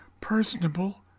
personable